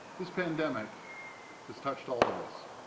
this pandemic has touched all of us.